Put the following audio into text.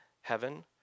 heaven